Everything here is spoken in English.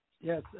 Yes